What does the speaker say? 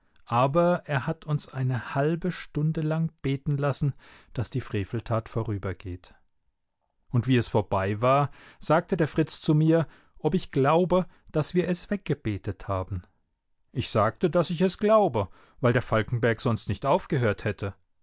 aber er hat uns eine halbe stunde lang beten lassen daß die feveltat vorübergeht und wie es vorbei war sagte der fritz zu mir ob ich glaube daß wir es weggebetet haben ich sagte daß ich es glaube weil der falkenberg sonst nicht aufgehört hätte